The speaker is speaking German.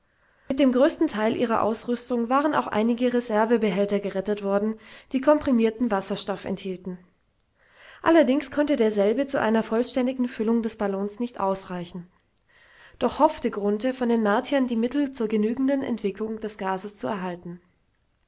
mit dem größten teil ihrer ausrüstung waren auch einige reservebehälter gerettet worden die komprimierten wasserstoff enthielten allerdings konnte derselbe zu einer vollständigen füllung des ballons nicht ausreichen doch hoffte grunthe von den martiern die mittel zur genügenden entwicklung des gases zu erhalten